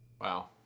Wow